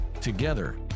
Together